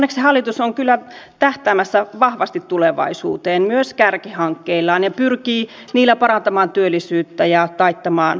onneksi hallitus on kyllä tähtäämässä vahvasti tulevaisuuteen myös kärkihankkeillaan ja pyrkii niillä parantamaan työllisyyttä ja taittamaan velkaantumista